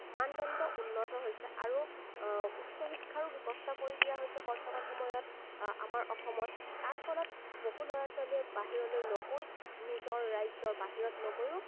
মানদণ্ড উন্নত হৈছে আৰু উচ্চ শিক্ষাৰো ব্যৱস্থা কৰি দিয়া হৈছে বৰ্তমান সময়ত আমাৰ অসমত তাৰ ফলত বহু ল'ৰা ছোৱালীয়ে বাহিৰলৈ নগৈ নিজৰ ৰাজ্যৰ বাহিৰত নগৈয়ো